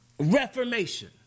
Reformation